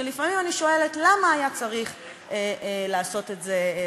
שלפעמים אני שואלת למה היה צריך לעשות את זה בחקיקה.